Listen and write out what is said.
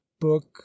Book